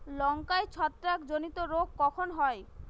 লঙ্কায় ছত্রাক জনিত রোগ কখন হয়?